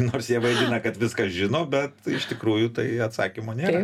nors jie vaidina kad viską žino bet iš tikrųjų tai atsakymo nėra